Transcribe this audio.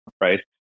right